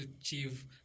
achieve